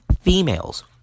females